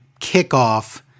kickoff